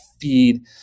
feed